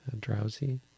drowsy